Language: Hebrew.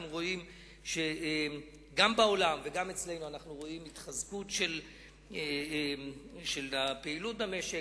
אנחנו רואים גם בעולם וגם אצלנו התחזקות של הפעילות במשק.